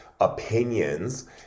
opinions